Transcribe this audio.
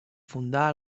fundà